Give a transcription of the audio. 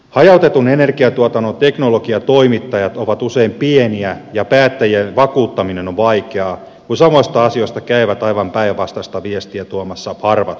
hajautetun energiantuotannon teknologiatoimittajat ovat usein pieniä ja päättäjien vakuuttaminen on vaikeaa kun samoista asioista käyvät aivan päinvastaista viestiä tuomassa harvat suuryhtiöt